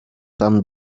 sam